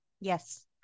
Yes